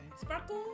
Sparkle